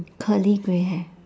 curly grey hair